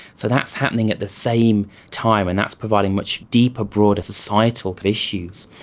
so that's happening at the same time and that's providing much deeper, broader societal issues.